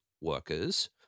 workers